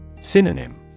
Synonym